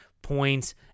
points